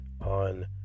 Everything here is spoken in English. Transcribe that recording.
on